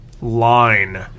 line